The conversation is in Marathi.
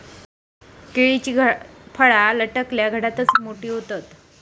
केळीची फळा लटकलल्या घडातच मोठी होतत